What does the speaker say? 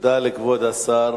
תודה לכבוד השר.